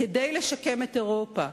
כדי לשקם את אירופה.